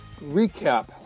recap